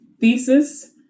thesis